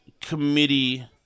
committee